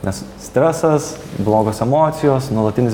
nes stresas blogos emocijos nuolatinis